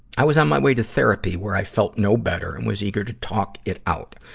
i was on my way to therapy where i felt no better and was eager to talk it out.